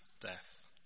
death